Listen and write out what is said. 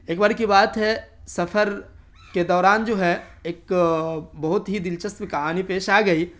ایک بار کی بات ہے سفر کے دوران جو ہے ایک بہت ہی دلچسپ کہانی پیش آ گئی